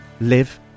live